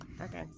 Okay